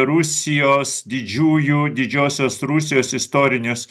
rusijos didžiųjų didžiosios rusijos istorinius